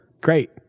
great